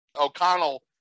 O'Connell